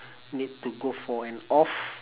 need to go for an off